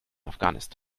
afghanistan